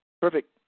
Perfect